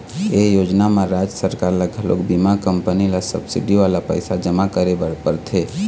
ए योजना म राज सरकार ल घलोक बीमा कंपनी ल सब्सिडी वाला पइसा जमा करे बर परथे